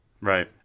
Right